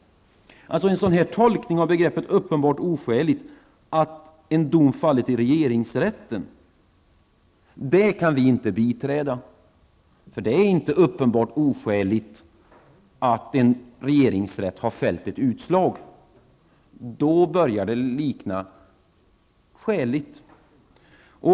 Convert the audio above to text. En sådan tolkning av begreppet ''uppenbart oskälig'', att en dom fallit i regeringsrätten, kan vi inte biträda, för det är inte ''uppenbart oskäligt'' att regeringsrätten har fällt ett utslag, utan då börjar det likna skäligt.